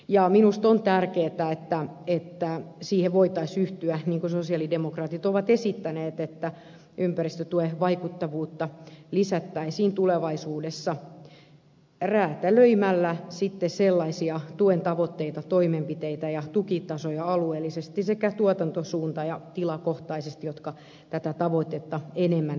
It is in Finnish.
ja minusta on tärkeää että siihen voitaisiin yhtyä niin kuin sosiaalidemokraatit ovat esittäneet että ympäristötuen vaikuttavuutta lisättäisiin tulevaisuudessa räätälöimällä sitten sellaisia tuen tavoitteita toimenpiteitä ja tukitasoja alueellisesti sekä tuotantosuunta ja tilakohtaisesti jotka tätä tavoitetta enemmän veisivät eteenpäin